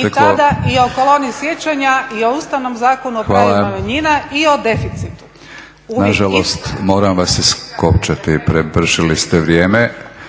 I tada i o koloni sjećanja i o Ustavnom zakonu, o pravima manjina i o deficitu. **Batinić, Milorad (HNS)** Hvala gospođo Kosor, vrijeme